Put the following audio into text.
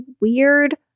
weird